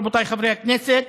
רבותיי חברי הכנסת,